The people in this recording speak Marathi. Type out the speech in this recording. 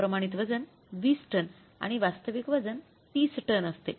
प्रमाणित वजन 20 टन आणि वास्तविक वजन 30 टन असते